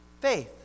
faith